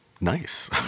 nice